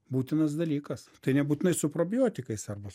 būtinas dalykas tai nebūtinai su probiotikais arba